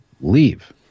leave